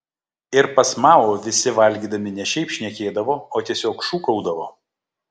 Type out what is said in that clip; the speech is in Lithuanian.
ir pas mao visi valgydami ne šiaip šnekėdavo o tiesiog šūkaudavo